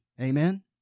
Amen